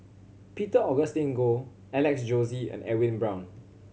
Peter Augustine Goh Alex Josey and Edwin Brown